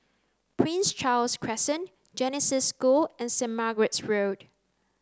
Prince Charles Crescent Genesis School and Saint Margaret's Road